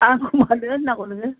आंखौ मानो होननांगौ नोङो